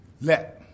let